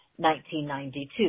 1992